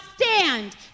stand